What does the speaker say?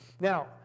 Now